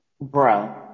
Bro